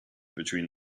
between